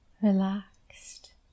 Relaxed